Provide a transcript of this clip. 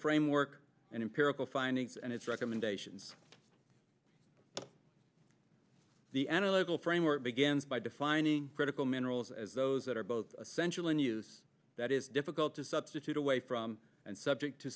framework and empirical fine and its recommendations the analytical framework begins by defining critical minerals as those that are both essential in use that is difficult to substitute away from and subject to